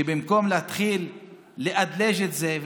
ובמקום להתחיל "לאדלג'" את זה,